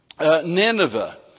Nineveh